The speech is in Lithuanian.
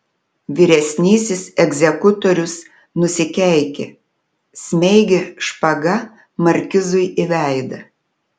vyresnysis egzekutorius nusikeikė smeigė špaga markizui į veidą